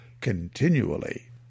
continually